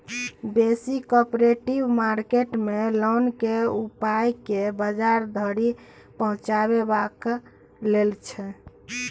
बेसी cooperative market मे ओन केँ उपजाए केँ बजार धरि पहुँचेबाक लेल छै